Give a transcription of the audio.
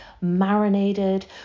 marinated